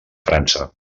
frança